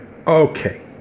Okay